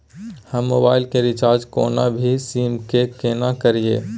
हम मोबाइल के रिचार्ज कोनो भी सीम के केना करिए?